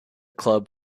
club